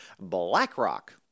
BlackRock